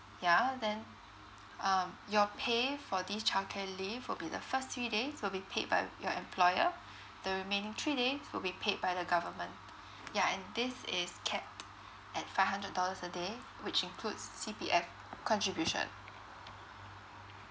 yeah then um your pay for this childcare leave will be the first three days will be paid by your employer the remaining three days will be paid by the government yeah and this is capped at five hundred dollars a day which includes C_P_F contribution